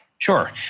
Sure